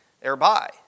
thereby